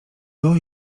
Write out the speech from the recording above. było